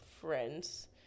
friends